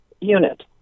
unit